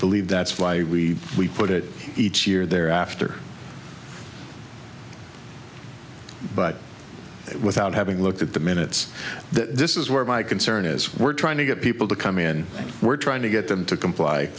believe that's why we we put it each year thereafter but without having looked at the minutes that this is where my concern is we're trying to get people to come in and we're trying to get them to comply